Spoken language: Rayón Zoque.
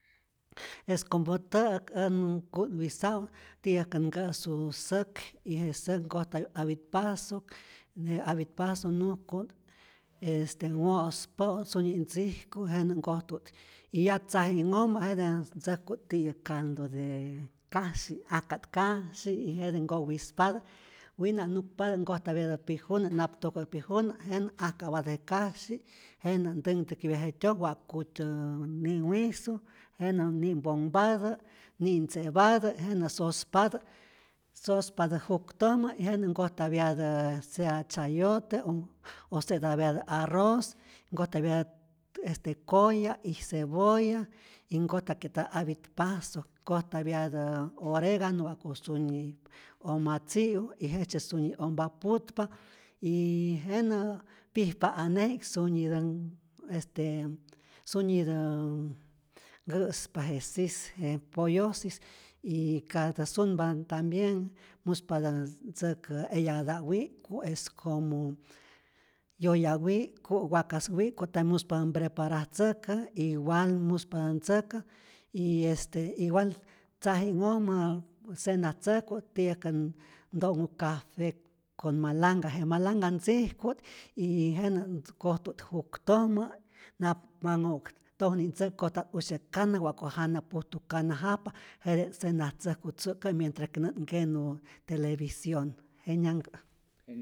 Es como tä'ak ät ku'twisa'u't ti'yäjkä't nkä'su säk y je säk nkojtayu't apit pasok y je apit pasok nujku't wo'spä'u't, sunyi ntzijku jenä't nkojtu't y ya tzaji'nhojmä jete ntzäjku't tiyäk caldo de kasyi, ajka't kasyi y jete nkowispatä, wina nukpatä nkojtapyatä pijunä, nap tojku je pijunä jenä' ajka'patä je kasyi', jenä ntänhtäjkäpya jetyoj wa'kutyä ni'wisu, jenä ni'mponhpatä, ni'tze'patä, jenä sospatä, sospatä juktojmä y jenä nkojtapyatä sea chayote o se'tapyatä arroz, nkojtapyatät este koya' y cebolla y nkojtakye'tatä apit pasok, nkojtapyatä oregano wa'ku syuni oma tzi'u, y jejtzye sunyi ompa putpa, yyy jenä pijpa aneji'k sunyitä este syunitä nkä'spa je sis je pollosis, y katä sunpa tambien muspatä ntzäkä eya'ta' wik'ku', es como yoya wik'ku', wakas wi'k'ku tambien muspatä mpreparatzäkä, igual muspatä ntzäkä, y este igual tzaji'nhojmä cenatzäjku't, ti'yäjkät nto'nhu cafe con malanga, je malanga ntzijku't y jenä nkojtu't juktojmä, nap manhu'k tokni'tzäki nkojta't usyäk kana, wa'ku jana pujtu kana japa, jete't cenatzäjku tzu'kä' mientra nä't nkenu television, jenyanhkä.